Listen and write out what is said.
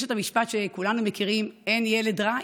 יש את המשפט שכולנו מכירים: אין ילד רע,